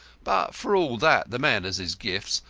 but, for all that, the man has his gifts,